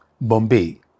Bombay